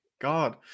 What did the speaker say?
God